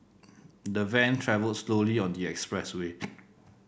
the van travelled slowly on the expressway